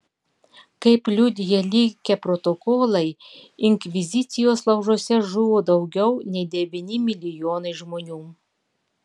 kaip liudija likę protokolai inkvizicijos laužuose žuvo daugiau nei devyni milijonai žmonių